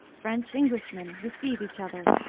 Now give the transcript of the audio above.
french englishmen, receiue each other.